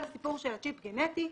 הסיפור של הצ'יפ הגנטי,